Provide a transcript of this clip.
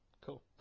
cool